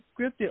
scripted